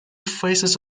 faces